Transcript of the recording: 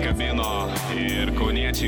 gamino ir kauniečiai